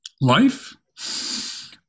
Life